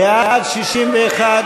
בעד, 61,